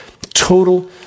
Total